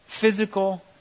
Physical